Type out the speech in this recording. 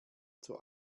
zur